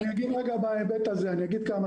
אני אגיד כמה דברים בהיבט הזה.